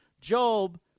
Job